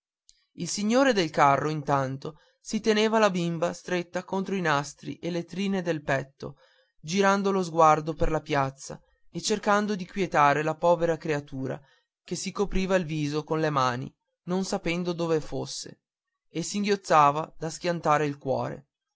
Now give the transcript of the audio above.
il signore del carro intanto si teneva la bimba stretta contro i nastri e le trine del petto girando lo sguardo per la piazza e cercando di quietare la povera creatura che si copriva il viso con le mani non sapendo dove fosse e singhiozzava da schiantarsi il cuore